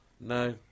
No